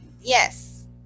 Yes